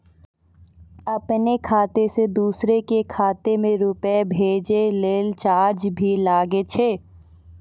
आपनों खाता सें दोसरो के खाता मे रुपैया भेजै लेल चार्ज भी लागै छै?